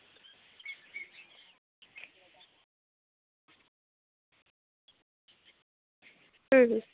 ᱦᱩᱸ ᱦᱩᱸ